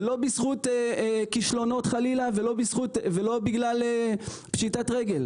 ולא בזכות כישלונות או פשיטת רגל.